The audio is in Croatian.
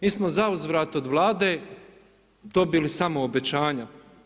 Mi smo zauzvrat od Vlade dobili samo obećanja.